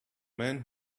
man